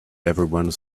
everyone